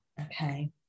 Okay